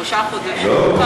שלושה חודשים?